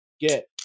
get